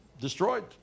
destroyed